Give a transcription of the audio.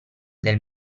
del